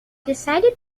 decided